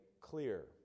clear